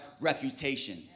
reputation